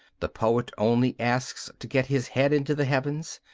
the poet only asks to get his head into the heavens.